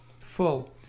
full